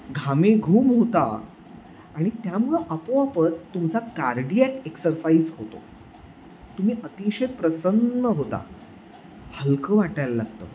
घामाघूम होता आणि त्यामुळं आपोआपच तुमचा कार्डियाक एक्सरसाइज होतो तुम्ही अतिशय प्रसन्न होता हलकं वाटायला लागतं